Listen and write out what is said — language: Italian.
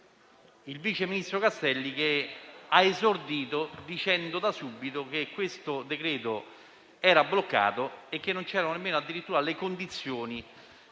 il vice ministro Castelli ha esordito dicendo - da subito - che il decreto era bloccato e che non vi erano le condizioni